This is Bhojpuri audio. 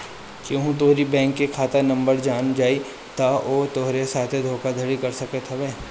केहू तोहरी बैंक के खाता नंबर जान जाई तअ उ तोहरी साथे धोखाधड़ी कर सकत हवे